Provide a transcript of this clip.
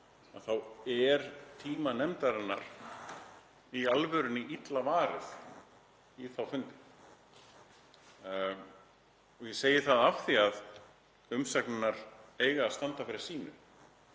þá er tíma nefndarinnar í alvörunni illa varið í þá fundi. Ég segi það af því að umsagnirnar eiga að standa fyrir sínu.